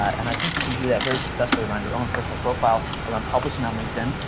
and i think you can do that very successfully around your own personal profile, around publishing on linkedin.